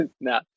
No